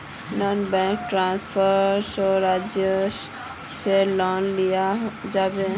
Non banking financial services से loan लिया जाबे?